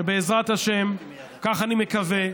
שבעזרת השם, כך אני מקווה,